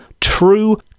true